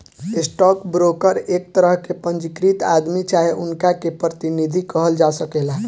stock broker एक तरह के पंजीकृत आदमी चाहे उनका के प्रतिनिधि कहल जा सकेला